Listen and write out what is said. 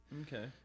Okay